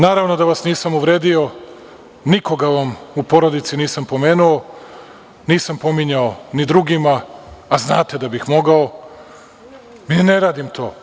Naravno da vas nisam uvredio, nikoga vam u porodici nisam pominjao, nisam pominjao ni drugima, a znate da bih mogao, ne radim to.